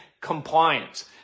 compliance